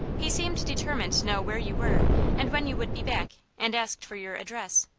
he seemed determined to know where you were and when you would be back, and asked for your address.